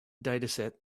dataset